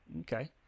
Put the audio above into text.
Okay